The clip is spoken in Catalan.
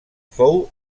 fou